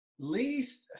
Least